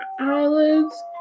eyelids